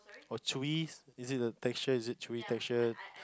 or chewy is it the texture is it chewy texture